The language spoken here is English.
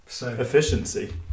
Efficiency